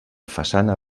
façana